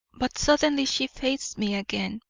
but suddenly she faced me again,